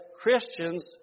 Christians